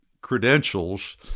credentials